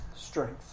strength